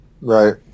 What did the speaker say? Right